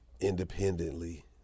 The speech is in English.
independently